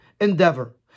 endeavor